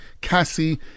Cassie